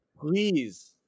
Please